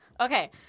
Okay